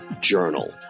Journal